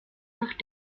noch